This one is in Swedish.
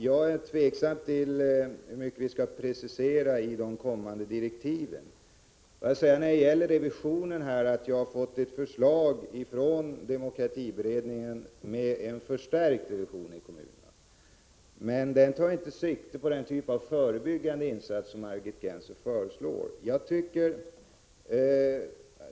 Jag är tveksam till hur mycket vi skall precisera i de kommande direktiven. Jag vill säga att jag har fått ett förslag från demokratiberedningen om en förstärkt revision i kommunerna. Men den tar inte sikte på den typ av förebyggande insatser som Margit Gennser föreslår.